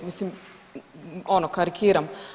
Mislim, ono, karikiram.